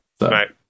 Right